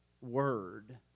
word